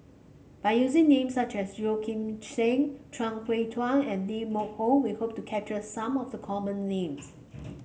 by using names such as Yeo Kim Seng Chuang Hui Tsuan and Lee Hock Moh we hope to capture some of the common names